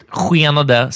skenade